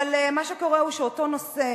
אבל מה שקורה הוא שאותו נושא,